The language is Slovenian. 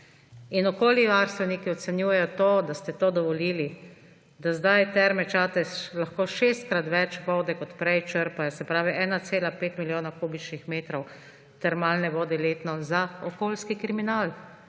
in okoljevarstveniki ocenjujejo to, da ste to dovolili, da sedaj Terme Čatež lahko šestkrat več vode kot prej črpajo, se pravi 1,5 milijona kubičnih metrov termalne vode letno za okoljski kriminal.